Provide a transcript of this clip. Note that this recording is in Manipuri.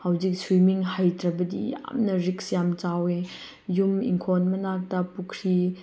ꯍꯧꯖꯤꯛ ꯁ꯭ꯋꯤꯃꯤꯡ ꯍꯩꯇ꯭ꯔꯕꯗꯤ ꯌꯥꯝꯅ ꯔꯤꯛꯁ ꯌꯥꯝ ꯆꯥꯎꯏ ꯌꯨꯝ ꯏꯪꯈꯣꯜ ꯃꯅꯥꯛꯇ ꯄꯨꯈ꯭ꯔꯤ